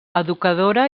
educadora